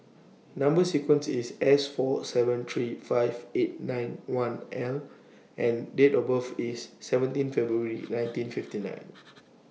Number sequence IS S four seven three five eight nine one L and Date of birth IS seventeen February nineteen fifty nine